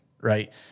Right